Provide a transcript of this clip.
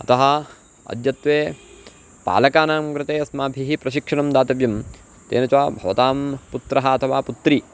अतः अद्यत्वे पालकानां कृते अस्माभिः प्रशिक्षणं दातव्यं तेन च भवतां पुत्रः अथवा पुत्री